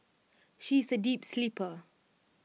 she is A deep sleeper